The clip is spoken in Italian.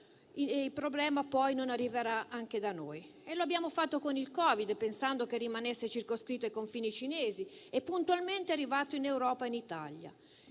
da casa, poi non arriveranno anche da noi. Lo abbiamo fatto con il Covid, pensando che rimanesse circoscritto ai confini cinesi, e puntualmente è arrivato in Europa e in Italia.